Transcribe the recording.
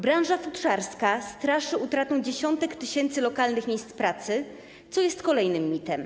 Branża futrzarska straszy utratą dziesiątek tysięcy lokalnych miejsc pracy, co jest kolejnym mitem.